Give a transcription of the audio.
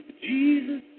Jesus